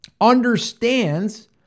understands